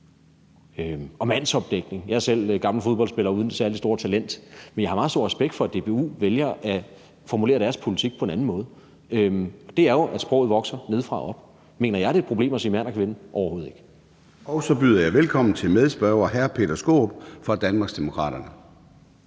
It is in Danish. og »mandsopdækning«. Jeg er selv gammel fodboldspiller, uden det særlig store talent, men jeg har meget stor respekt for, at DBU vælger at formulere deres politik på en anden måde, og det drejer sig jo om, at sproget vokser nedefra og op. Mener jeg, at det er et problem at sige »mand« og »kvinde«? Det mener jeg overhovedet ikke. Kl. 13:12 Formanden (Søren Gade): Så byder jeg velkommen til medspørgeren, hr. Peter Skaarup fra Danmarksdemokraterne.